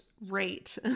rate